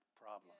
problem